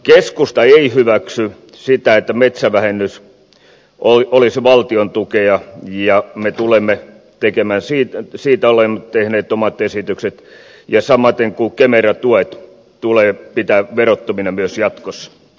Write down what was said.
keskusta ei hyväksy sitä että metsävähennys olisi valtiontukea ja siitä olemme tehneet omat esitykset samaten kuin kemera tuet tulee pitää verottomina myös jatkossa